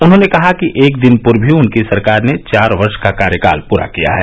उन्होंने कहा कि एक दिन पूर्व ही उनकी सरकार ने चार वर्ष का कार्यकाल पूरा किया है